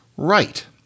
right